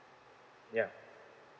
yeah